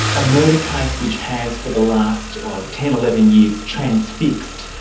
a murder case which has for the last ah ten, eleven years transfected wa.